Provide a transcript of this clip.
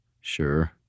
Sure